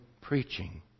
preaching